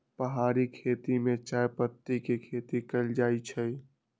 पहारि खेती में चायपत्ती के खेती कएल जाइ छै